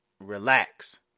relax